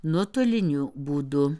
nuotoliniu būdu